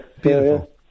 beautiful